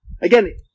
Again